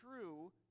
true